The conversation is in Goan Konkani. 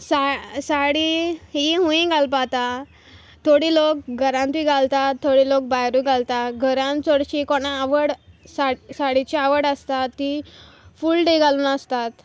साडी ही हूंयी घालपा जाता थोडी लोक घारांतूय घालता थोड लोक भायरूय घालता घरांत चडशी कोणा आवड साडयेची आवड आसा ती फूल डे घालून आसतात